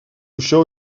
show